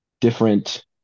different